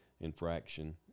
infraction